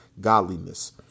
godliness